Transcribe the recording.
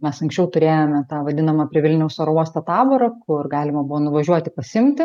mes anksčiau turėjome tą vadinamą prie vilniaus oro uostą taborą kur galima buvo nuvažiuoti pasiimti